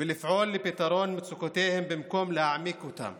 ולפעול לפתרון מצוקותיהם במקום להעמיק אותם.